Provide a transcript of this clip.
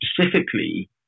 specifically